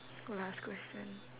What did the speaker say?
last question